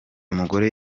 mugore